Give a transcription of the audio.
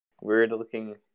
weird-looking